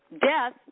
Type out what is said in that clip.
Death